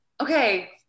okay